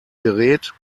gerät